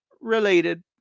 related